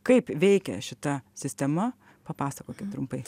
kaip veikia šita sistema papasakokit trumpai